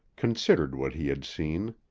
considered what he had seen.